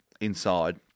inside